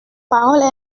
parole